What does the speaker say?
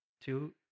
two